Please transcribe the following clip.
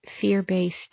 fear-based